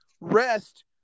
rest